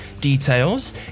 details